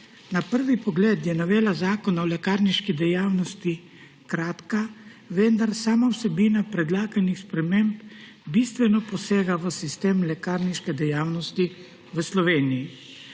Na prvi pogled je novela Zakona o lekarniški dejavnosti kratka, vendar sama vsebina predlaganih sprememb bistveno posega v sistem lekarniške dejavnosti v Sloveniji,